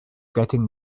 getting